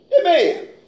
Amen